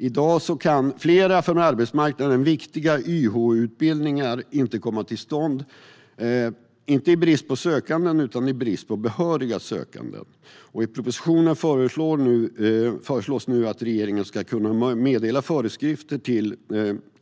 I dag är det flera för arbetsmarknaden viktiga YH-utbildningar som inte kan komma till stånd, inte i brist på sökande utan i brist på behöriga sökande. I propositionen föreslås nu att regeringen ska kunna meddela föreskrifter till